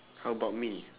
how about me